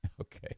Okay